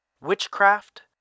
witchcraft